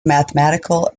mathematical